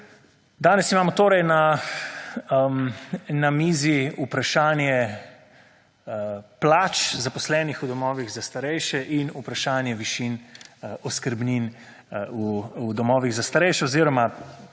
Danes imamo torej na mizi vprašanje plač zaposlenih v domovih za starejše in vprašanje višin oskrbnin v domovih za starejše oziroma